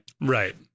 Right